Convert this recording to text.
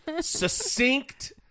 succinct